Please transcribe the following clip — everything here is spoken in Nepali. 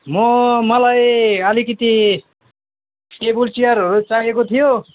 म मलाई अलिकति टेबल चियरहरू चाहिएको थियो